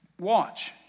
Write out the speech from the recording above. Watch